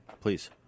Please